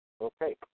Okay